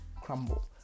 crumble